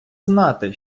знати